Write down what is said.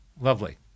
Lovely